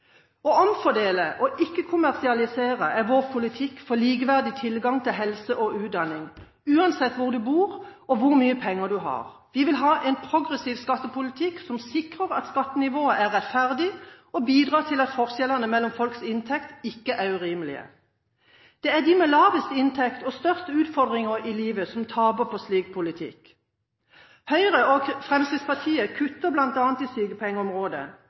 Å omfordele og ikke kommersialisere er vår politikk for likeverdig tilgang til helse og utdanning uansett hvor du bor og hvor mye penger du har. Vi vil ha en progressiv skattepolitikk, som sikrer at skattenivået er rettferdig og bidrar til at forskjellene mellom folks inntekt ikke er urimelige. Det er de med de laveste inntektene og som har de største utfordringene i livet, som taper på slik politikk. Høyre og Fremskrittspartiet kutter bl.a. i sykepengeområdet